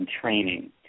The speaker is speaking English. training